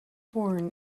born